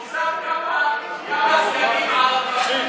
הוא הביא כמה סייגים על הדברים,